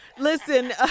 Listen